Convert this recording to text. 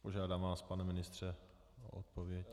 Požádám vás, pane ministře, o odpověď.